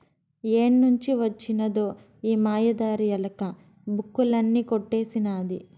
ఏడ్నుంచి వొచ్చినదో ఈ మాయదారి ఎలక, బుక్కులన్నీ కొట్టేసినాది